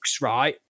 Right